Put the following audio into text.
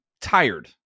tired